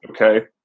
Okay